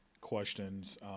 questions